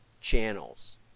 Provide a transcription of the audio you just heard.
channels